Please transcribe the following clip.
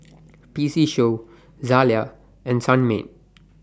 P C Show Zalia and Sunmaid